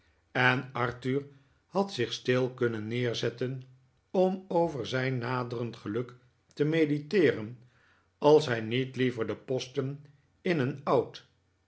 en arthur had zich stil kunnen neerzetten om over zijn naderend geluk te mediteeren als hij niet liever de posten in een oud